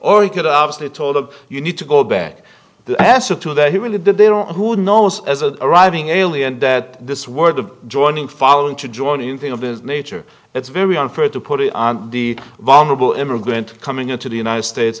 or he could obviously told of you need to go back the acid to that he really did there or who knows as a arriving alien that this word of joining following to join in thing of this nature it's very unfair to put it on the vulnerable immigrant coming into the united states